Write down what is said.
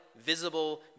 visible